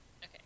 Okay